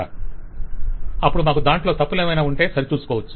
client అప్పుడు మాకు దాంట్లో తప్పులేమైన ఉంటే సరి చూసుకోవచ్చు